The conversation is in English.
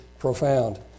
profound